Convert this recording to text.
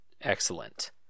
excellent